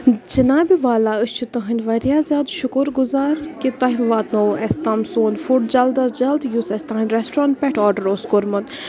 جِنابِ والا أسۍ چھُ تُہٕنٛدۍ واریاہ زِیادٕ شُکُر گُذار کہِ تُہۍ واتنووٕ اَسہِ تَام سون فُڈ جَلٕد اَز جَلٕد یُس اَسہِ تُہٕنٛدِ رؠسٹورَنٛٹ پؠٹھ آرڈَر اوس کوٚرمُت